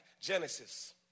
Genesis